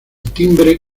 timbre